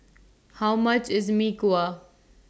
How much IS Mee Kuah